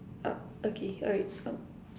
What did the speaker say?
up okay alright out